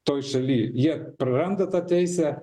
toj šaly jie praranda tą teisę